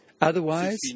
Otherwise